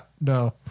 No